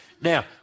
Now